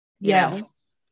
yes